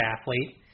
athlete